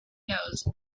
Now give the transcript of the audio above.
knows